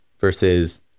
versus